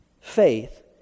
faith